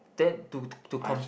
then to to com